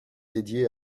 dédiée